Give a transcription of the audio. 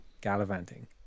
gallivanting